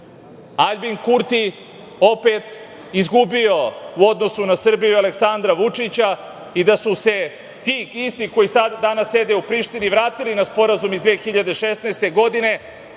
Aljbin Kurti opet izgubio u odnosu na Srbiju i Aleksandra Vučića i da su se ti isti koji danas sede u Prištini vratili na sporazum iz 2016. godine